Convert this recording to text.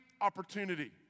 opportunity